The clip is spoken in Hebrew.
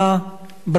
ברכות.